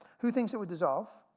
who thinks it would dissolve?